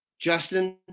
Justin